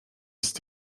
ist